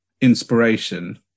inspiration